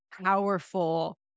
powerful